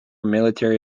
military